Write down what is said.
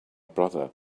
brother